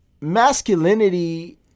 masculinity